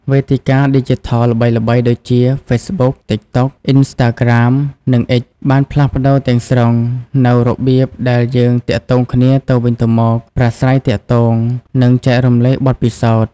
វេទិកាឌីជីថលល្បីៗដូចជា ហ្វេសប៊ុក ទីកតុក អ៊ីនស្តាក្រាម និង អិច បានផ្លាស់ប្ដូរទាំងស្រុងនូវរបៀបដែលយើងទាក់ទងគ្នាទៅវិញទៅមក ប្រាស្រ័យទាក់ទង និងចែករំលែកបទពិសោធន៍។